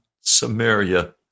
Samaria